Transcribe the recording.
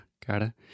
cara